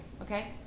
Okay